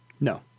no